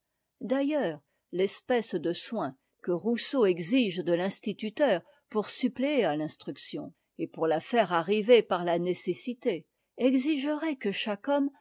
d'ailleurs l'espèce de soin que rousseau exige de l'instituteur pour suppléer à l'instruction et pour la faire arriver par la nécessité obligerait chaque homme